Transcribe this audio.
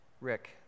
Rick